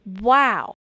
wow